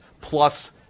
plus